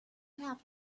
have